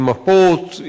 עם מפות,